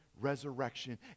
resurrection